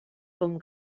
com